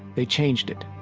they changed it